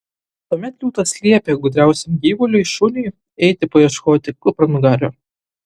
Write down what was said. tuomet liūtas liepė gudriausiam gyvuliui šuniui eiti paieškoti kupranugario